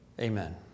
Amen